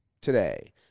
today